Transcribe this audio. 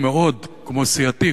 כמו גם סיעתי,